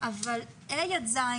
אבל כיתות ה' עד ז',